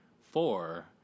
four